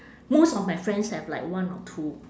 most of my friends have like one or two